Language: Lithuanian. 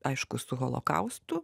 aišku su holokaustu